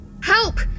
Help